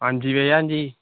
आं जी भैया आं जी